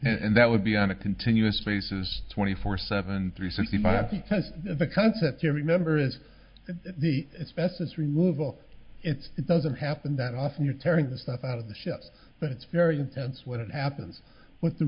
and that would be on a continuous basis twenty four seven three sixty five has the concept you remember is the best it's removal it's it doesn't happen that often you're tearing the stuff out of the ship but it's very intense when it happens what the